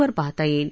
वर पाहता येईल